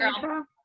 girl